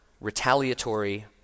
retaliatory